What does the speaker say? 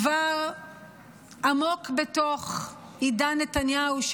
כבר עמוק בתוך עידן נתניהו,